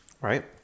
right